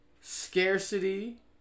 scarcity